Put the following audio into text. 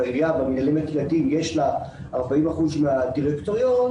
ולעירייה במינהלים הקהילתיים יש 40% מהדירקטוריון,